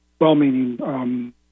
well-meaning